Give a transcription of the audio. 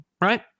right